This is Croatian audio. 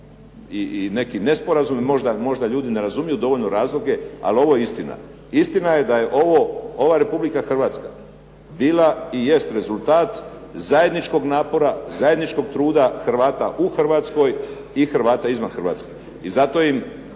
i neki nesporazumi. Možda ljudi ne razumiju dovoljno razloge, ali ovo je istina. Istina je da je ovo, ova Republika Hrvatska bila i jest rezultat zajedničkog napora, zajedničkog truda Hrvata u Hrvatskoj i Hrvata izvan Hrvatske. I zato im